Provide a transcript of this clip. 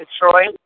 Detroit